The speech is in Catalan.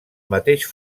mateix